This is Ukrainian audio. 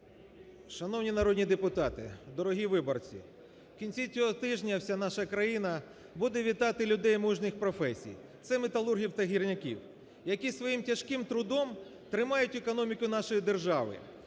Шановні народні депутати! Дорогі виборці! В кінці цього тижня вся наша країна буде вітати людей мужніх професій – це металургів та гірників, які своїм тяжким трудом тримають економіку нашої держави,